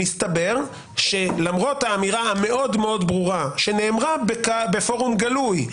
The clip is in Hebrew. מסתבר שלמרות האמירה המאוד מאוד ברורה שנאמרה בפורום גלוי,